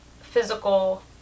physical